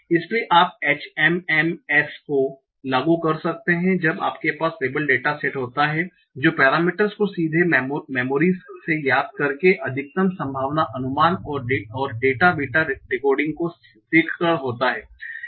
इसलिए आप HMMs को लागू कर सकते हैं जब आपके पास लेबल डेटा सेट होता है जो पेरामीटरस को सीधे मेमोरीस से याद करके अधिकतम संभावना अनुमान और डेटा बीटा डिकोडिंग को सीखकर होता है